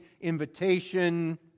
invitation